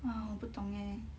哇我不懂耶